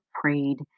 prayed